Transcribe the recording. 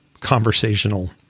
conversational